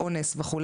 "אונס" וכו',